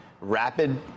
rapid